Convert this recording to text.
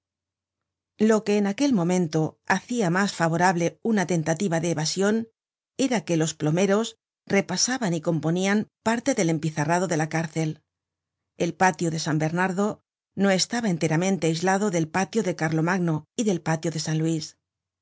lo que en aquel momento hacia mas favorable una tentativa de evasion era que los plomeros repasaban y componían parte del empizarrado de la cárcel el patio de san bernardo no estaba enteramente aislado del patio de carlomagno y del patio de san luis